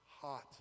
hot